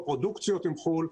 קופרודוקציות עם חוץ לארץ,